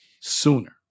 sooner